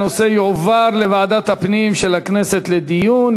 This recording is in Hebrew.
הנושא יועבר לוועדת הפנים של הכנסת לדיון,